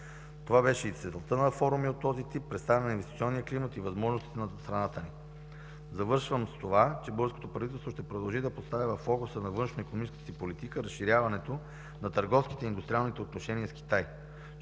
Това беше и целта на форуми от този тип – представяне на инвестиционния климат и възможностите на страната. Завършвам с това, че българското правителство ще продължи да поставя във фокуса на външноикономическата си политика разширяването на търговските и индустриалните отношения с Китай.